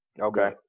Okay